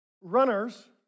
Runners